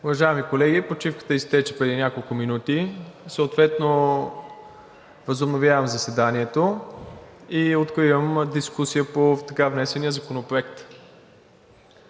Уважаеми колеги, почивката изтече преди няколко минути. Съответно възобновявам заседанието и откривам дискусия по така внесения Законопроект.